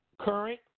Current